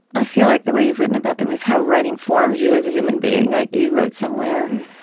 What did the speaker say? i feel like the way you've written about them is how writing forms you as a human being like you wrote somewhere,